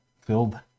filled